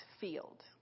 field